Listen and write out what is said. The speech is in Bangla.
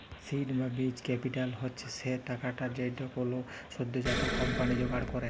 সীড বা বীজ ক্যাপিটাল হচ্ছ সে টাকাটা যেইটা কোলো সদ্যজাত কম্পানি জোগাড় করেক